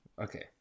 Okay